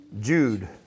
Jude